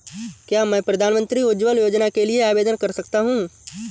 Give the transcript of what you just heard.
क्या मैं प्रधानमंत्री उज्ज्वला योजना के लिए आवेदन कर सकता हूँ?